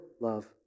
love